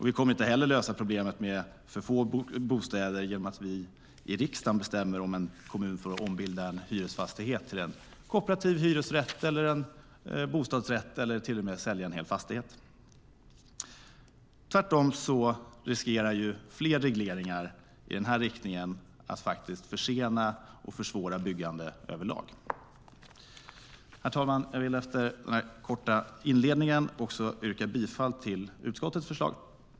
Vi kommer inte heller att lösa problemet med för få bostäder genom att vi i riksdagen bestämmer om en kommun får ombilda en hyresfastighet till en kooperativ hyresrätt eller bostadsrätt eller till och med sälja en hel fastighet. Tvärtom riskerar fler regleringar i denna riktning att försena och försvåra byggande över lag. Herr talman! Jag vill efter denna korta inledning yrka bifall till utskottets förslag.